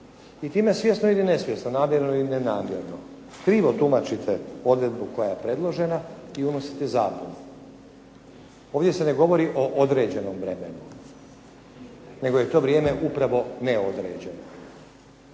I time svjesno ili nesvjesno, namjerno ili nenamjerno krivo tumačite odredbu koja je predložena i unosite zabunu. Ovdje se ne govori o određenom vremenu, nego je to vrijeme upravo neodređeno.